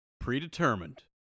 Predetermined